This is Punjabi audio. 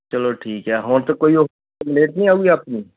ਚਲੋ ਠੀਕ ਆ ਹੁਣ ਤਾਂ ਕੋਈ ਉਹ ਕੰਪਲੇਂਟ ਨਹੀਂ ਆਉਗੀ ਆਪਣੀ